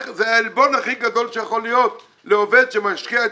זה העלבון הכי גדול שיכול להיות לעובד שמשקיע את